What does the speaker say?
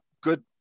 good